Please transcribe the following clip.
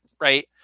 right